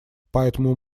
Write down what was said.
поэтому